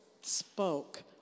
spoke